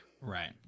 Right